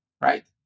right